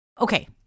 Okay